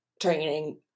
training